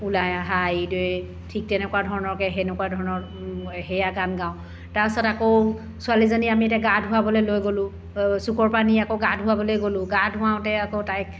ওলাই আহা আইদেৱে ঠিক তেনেকুৱা ধৰণৰকৈ সেনেকুৱা ধৰণৰ সেয়া গান গাওঁ তাৰপাছত আকৌ ছোৱালীজনী আমি এতিয়া গা ধুৱাবলৈ লৈ গ'লোঁ চুকৰ পৰা নি আকৌ গা ধুৱাবলৈ গ'লোঁ গা ধুৱাওঁতে আকৌ তাইক